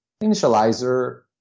initializer